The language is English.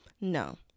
No